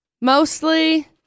mostly